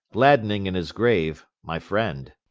gladdening in his grave my friend.